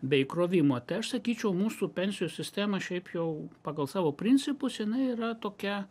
be įkrovimo tai aš sakyčiau mūsų pensijų sistema šiaip jau pagal savo principus jinai yra tokia